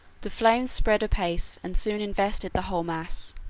the flames spread apace and soon invested the whole mass.